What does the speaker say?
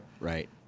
Right